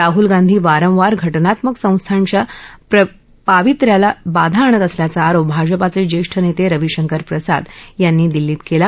राहुल गांधी वारंवार घटनात्मक संस्थांच्या पावित्र्याला बाधा आणत असल्याचा आरोप भाजपाच ज्ञियईनत्तज्ञविशंकर प्रसाद यांनी दिल्लीत कला